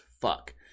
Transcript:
fuck